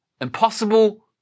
Impossible